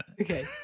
Okay